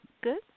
good